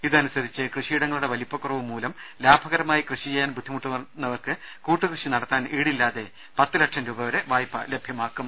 ഇതനുസരിച്ച് കൃഷിയിടങ്ങളുടെ വലിപ്പക്കുറവുമൂലം ലാഭകരമായി കൃഷി ചെയ്യാൻ ബുദ്ധിമുട്ടുന്നവർക്ക് കൂട്ടുകൃഷി നടത്താൻ ഈടില്ലാതെ പത്ത് ലക്ഷം രൂപ വരെ വായ്പ ലഭ്യമാക്കും